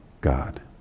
God